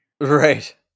Right